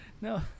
No